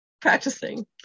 practicing